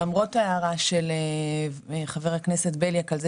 למרות ההערה של חבר הכנסת בליאק על זה